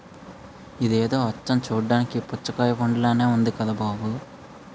ఇదేదో అచ్చం చూడ్డానికి పుచ్చకాయ పండులాగే ఉంది కదా బాబూ